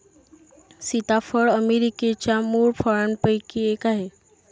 सीताफळ अमेरिकेच्या मूळ फळांपैकी एक आहे